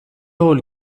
هول